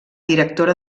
directora